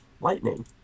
lightning